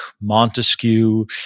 Montesquieu